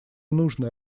нужно